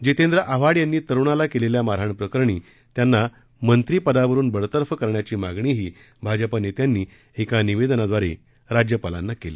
जितेंद्र आव्हाड यांनी तरुणाला केलेल्या मारहाण प्रकरणी त्यांना मंत्री पदावरून बडतर्फ करण्याची मागणीही भाजपा नेत्यांनी एका निवेदनाद्वारे राज्यपालांना केली